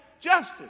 Justice